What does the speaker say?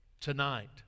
tonight